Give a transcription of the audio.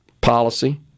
policy